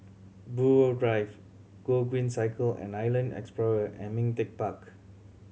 Buroh Drive Gogreen Cycle and Island Explorer and Ming Teck Park